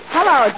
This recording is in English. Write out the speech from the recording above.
Hello